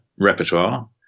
repertoire